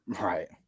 right